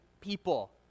people